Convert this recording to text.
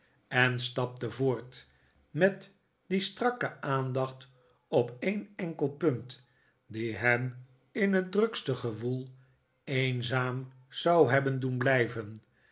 en stapte voort met die strakke aandacht op een enkel punt die hem in het drukste gewoel eenzaam zou hebben doen blijven